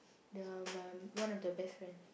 the my one of the best friend